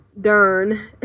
Dern